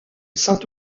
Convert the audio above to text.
saint